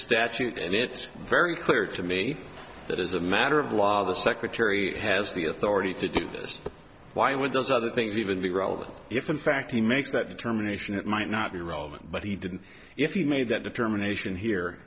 statute and it's very clear to me that as a matter of law the secretary has the authority to do this why would those other things even be relevant if in fact he makes that determination it might not be relevant but he didn't if you made that determination here